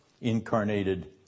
incarnated